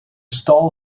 stal